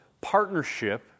partnership